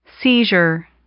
Seizure